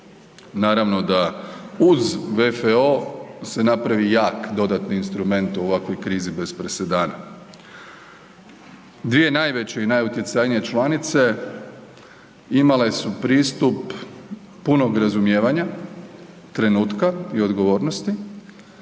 naravno da uz VFO se napravi jak dodatni instrument u ovakvoj krizi bez presedana. Dvije najveće i najutjecajnije članice imale su pristup punog razumijevanja trenutka i odgovornosti